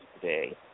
today